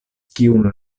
kiun